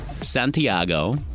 Santiago